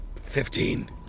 Fifteen